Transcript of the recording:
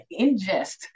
ingest